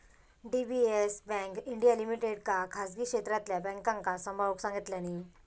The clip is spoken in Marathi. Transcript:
डी.बी.एस बँक इंडीया लिमिटेडका खासगी क्षेत्रातल्या बॅन्कांका सांभाळूक सांगितल्यानी